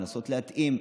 לנסות להתאים.